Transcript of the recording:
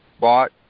bought